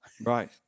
Right